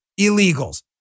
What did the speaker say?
Illegals